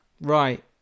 right